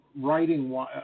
writing